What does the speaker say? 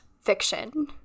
fiction